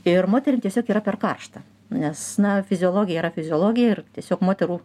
ir moterim tiesiog yra per karšta nes na fiziologija yra fiziologija ir tiesiog moterų